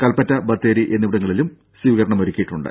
കൽപ്പറ്റ ബത്തേരി എന്നിവിടങ്ങളിലും സ്വീകരണം ഒരുക്കിയിട്ടുണ്ട്